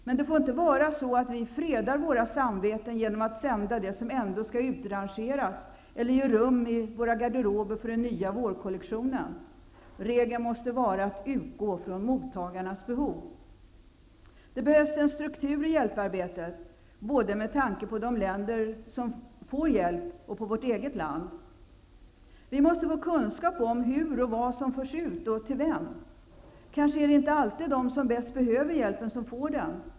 Men det får inte vara så att vi fredar våra samveten genom att sända det som ändå skall utrangeras eller ge rum i våra garderober för den nya vårkollektionen. Regeln måste vara att utgå från mottagarnas behov. Det behövs en struktur i hjälparbetet både med tanke på de länder som får hjälp och på vårt eget land. Vi måste få kunskap om vad som förs ut, hur och till vem. Kanske är det inte alltid de som bäst behöver hjälpen som får den.